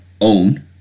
own